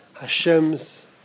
Hashem's